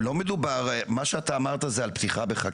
מה שאתה אמרת זה על פתיחה בחקירה,